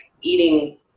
eating